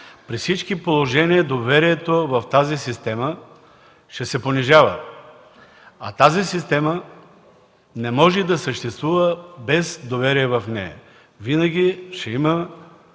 при всички положения доверието в тази система ще се понижава. А тази система не може да съществува без доверие в нея – винаги ще има